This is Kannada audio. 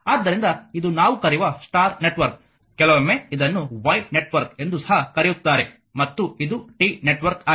ಆದ್ದರಿಂದ ಇದು ನಾವು ಕರೆಯುವ ಸ್ಟಾರ್ ನೆಟ್ವರ್ಕ್ ಕೆಲವೊಮ್ಮೆ ಇದನ್ನು ವೈ ನೆಟ್ವರ್ಕ್ ಎಂದು ಸಹ ಕರೆಯುತ್ತಾರೆ ಮತ್ತು ಇದು T ನೆಟ್ವರ್ಕ್ ಆಗಿದೆ